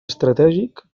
estratègic